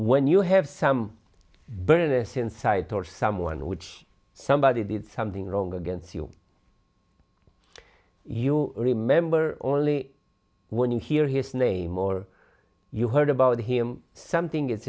when you have some bonus insight or someone which somebody did something wrong against you you remember only when you hear his name or you heard about him something i